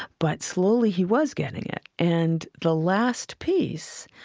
but slowly he was getting it. and the last piece,